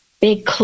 big